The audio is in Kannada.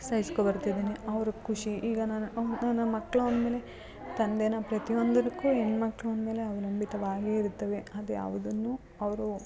ಸಹಿಸ್ಕೊ ಬರ್ತಿದೀನಿ ಅವ್ರಿಗ್ ಖುಷಿ ಈಗ ನಾನು ನನ್ನ ಮಕ್ಕಳು ಅಂದ ಮೇಲೆ ತಂದೆನ ಪ್ರತಿಯೊಂದಕ್ಕೂ ಹೆಣ್ಮಕ್ಳ್ ಅಂದ ಮೇಲೆ ಅವಲಂಬಿತವಾಗೇ ಇರುತ್ತವೆ ಅದು ಯಾವುದನ್ನೂ ಅವರು